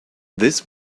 this